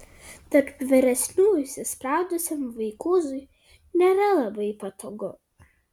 tarp vyresnių įsispraudusiam vaikūzui nėra labai patogu